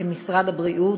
כמשרד הבריאות,